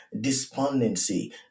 despondency